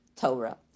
Torah